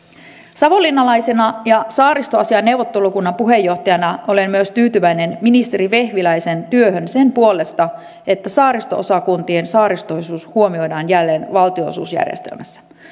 savonlinnalaisena ja saaristoasiain neuvottelukunnan puheenjohtajana olen myös tyytyväinen ministeri vehviläisen työhön sen puolesta että saaristo osakuntien saaristoisuus huomioidaan jälleen valtionosuusjärjestelmässä